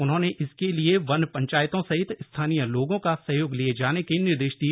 उन्होंने इसके लिएवन पंचायतों सहित स्थानीय लोगों का सहयोग लिए जाने के निर्देश दिए